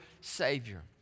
Savior